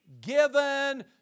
given